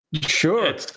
sure